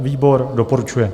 Výbor doporučuje.